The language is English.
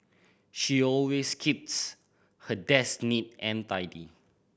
she always keeps her desk neat and tidy